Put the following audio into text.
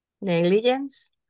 negligence